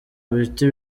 biti